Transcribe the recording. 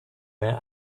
their